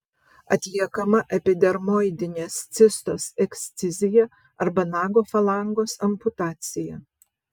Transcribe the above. atliekama epidermoidinės cistos ekscizija arba nago falangos amputacija